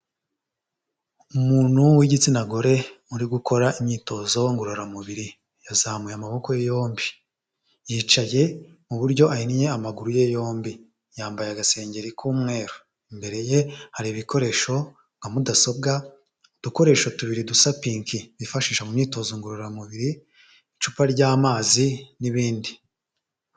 Umuntu w'igitsina gore, uri gukora imyitozo ngororamubiri, yazamuye amaboko ye yombi, yicaye mu buryo ahinnye amaguru ye yombi, yambaye agasengeri k'umweru, imbere ye hari ibikoresho nka mudasobwa, udukoresho tubiri dusa pink bifashisha imyitozo ngororamubiri, icupa ry'amazi n'ibindi.